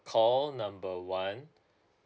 call number one